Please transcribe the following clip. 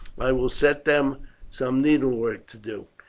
i will set them some needlework to do.